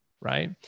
Right